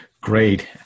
Great